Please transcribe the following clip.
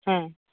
হ্যাঁ